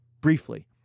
briefly